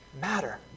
matter